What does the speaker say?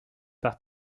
par